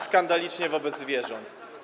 skandalicznie wobec zwierząt.